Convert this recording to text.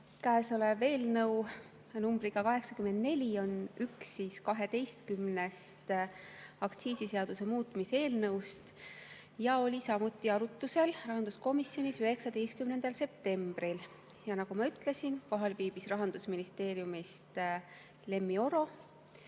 Käesolev eelnõu numbriga 84 on üks 12-st aktsiisiseaduse muutmise [seaduse] eelnõust, mis oli samuti arutusel rahanduskomisjonis 19. septembril. Nagu ma ütlesin, kohal viibis Rahandusministeeriumist Lemmi Oro.